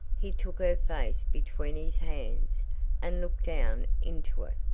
he took her face between his hands and looked down into it.